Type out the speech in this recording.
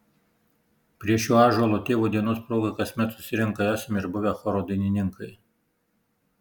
prie šio ąžuolo tėvo dienos proga kasmet susirenka esami ir buvę choro dainininkai